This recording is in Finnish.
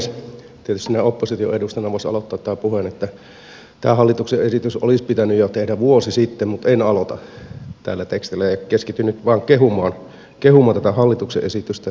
tietysti näin opposition edustajana voisi aloittaa tämän puheen että tämä hallituksen esitys olisi pitänyt tehdä jo vuosi sitten mutta en aloita tällä tekstillä ja keskityn nyt vain kehumaan tätä hallituksen esitystä